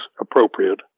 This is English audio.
appropriate